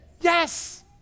Yes